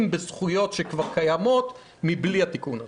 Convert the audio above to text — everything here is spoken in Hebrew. בזכויות שכבר קיימות מבלי התיקון הזה.